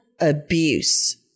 abuse